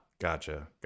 gotcha